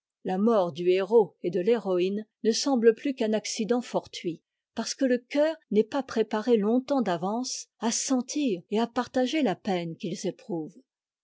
la mort du héros et de l'héroïne ne semble plus qu'un accident fortuit parce que le cœur n'est pas préparé tongtemps d'avance à sentir et à partager la peine qu'ils éprouvent